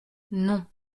non